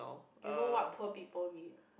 you know what poor people need